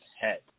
head